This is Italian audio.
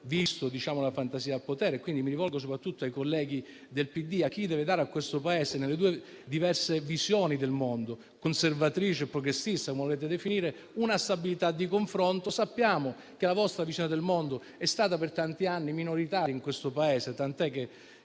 visto la fantasia al potere, quindi mi rivolgo soprattutto ai colleghi del PD, a chi deve dare a questo Paese due diverse visioni del mondo, quella conservatrice e quella progressista o come le volete definire, una stabilità di confronto. Sappiamo che la vostra visione del mondo è stata per tanti anni minoritaria in questo Paese, tanto che